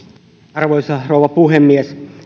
arvoisa rouva puhemies